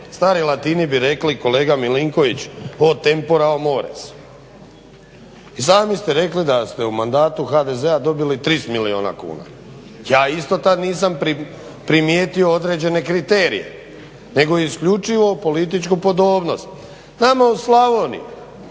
stari Latini bi rekli kolega Milinković o tempora o mores. I sami ste rekli da ste u mandatu HDZ-a dobili 30 milijuna kuna. Ja isto tad nisam primijetio određene kriterije nego isključivo političku podobnost. Nama u Slavoniji